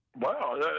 Wow